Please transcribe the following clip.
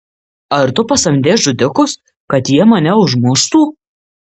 ar tu pasamdei žudikus kad jie mane užmuštų